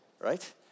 right